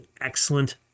excellent